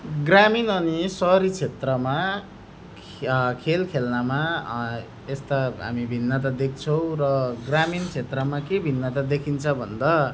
ग्रामीण अनि सहरी क्षेत्रमा खेल खेल्नमा यस्ता हामी भिन्नता देख्छौँ र ग्रामीण क्षेत्रमा के भिन्नता देखिन्छ भन्दा